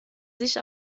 sich